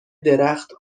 درخت